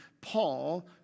Paul